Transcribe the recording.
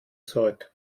zurück